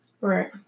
Right